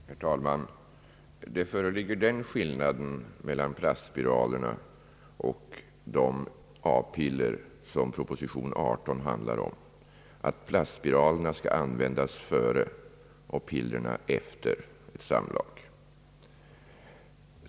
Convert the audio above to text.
Herr talman! Det föreligger den skillnaden mellan plastspiralerna och de apiller som proposition nr 18 handlar om, att plastspiralerna skall användas före och pillerna efter samlag.